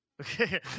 Okay